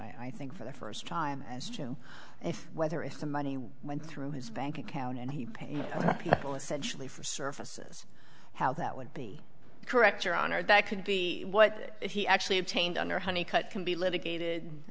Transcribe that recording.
d i think for the first time if whether if the money went through his bank account and he paid people essentially for services how that would be correct your honor that could be what he actually obtained under honey cut can be litigated